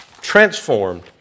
transformed